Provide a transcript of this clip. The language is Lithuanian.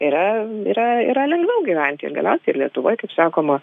yra yra yra lengviau gyventi ir galiausiai ir lietuvoj kaip sakoma